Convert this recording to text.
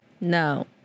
No